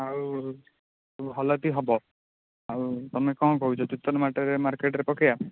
ଆଉ ଭଲ ବି ହେବ ଆଉ ତୁମେ କ'ଣ କହୁଛ ତିର୍ତ୍ତୋଲ ମାର୍କେଟରେ ପକାଇବା